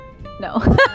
No